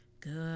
good